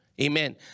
Amen